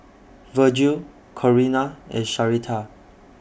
Virgil Corina and Sharita